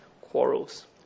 quarrels